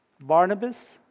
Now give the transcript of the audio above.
Barnabas